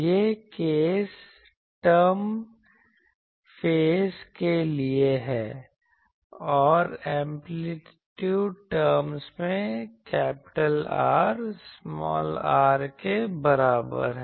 यह phase term के लिए है और एंप्लीट्यूड टरम मैं R r के बराबर है